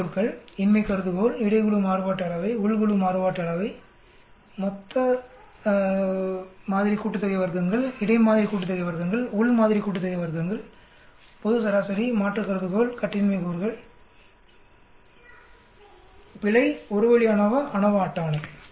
முக்கிய சொற்கள் இன்மை கருதுகோள் இடை குழு மாறுபாட்டு அளவை உள் குழு மாறுபாட்டு அளவை மொத்த மாதிரி கூட்டுத்தொகை வர்க்கங்கள் இடை மாதிரி கூட்டுத்தொகை வர்க்கங்கள் உள் மாதிரி கூட்டுத்தொகை வர்க்கங்கள் பொது சராசரி மாற்று கருதுகோள் கட்டின்மை கூறுகள் பிழை ஒரு வழி அநோவா அநோவா அட்டவணை